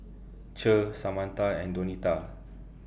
Cher Samantha and Donita